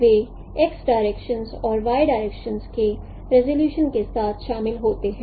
वे x directions और y directions के resolution के साथ शामिल होते हैं